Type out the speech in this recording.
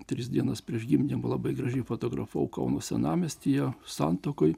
tris dienas prieš gimdymą labai gražiai fotografavau kauno senamiestyje santakoj